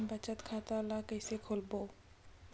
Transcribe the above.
बचत खता ल कइसे खोलबों?